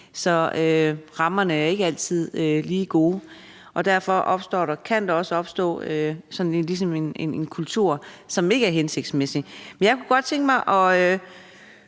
Så rammerne er ikke altid lige gode, og derfor kan der også ligesom opstå en kultur, som ikke er hensigtsmæssig. Jeg kunne godt tænke mig